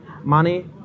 money